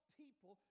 people